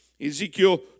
Ezekiel